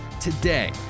Today